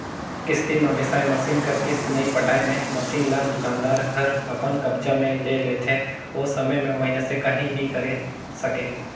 किस्ती म बिसाए मसीन कर किस्त नइ पटाए मे मसीन ल दुकानदार हर अपन कब्जा मे ले लेथे ओ समे में मइनसे काहीं नी करे सकें